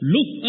Look